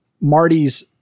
Marty's